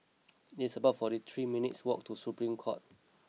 it's about fortythree minutes walk to Supreme Court